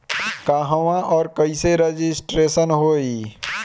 कहवा और कईसे रजिटेशन होई?